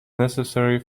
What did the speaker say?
necessary